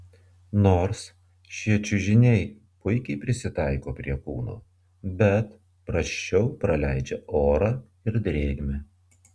nors šie čiužiniai puikiai prisitaiko prie kūno bet prasčiau praleidžia orą ir drėgmę